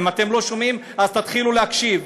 אם אתם לא שומעים אז תתחילו להקשיב,